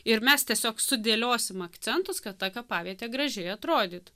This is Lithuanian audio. ir mes tiesiog sudėliosim akcentus kad ta kapavietė gražiai atrodytų